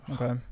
Okay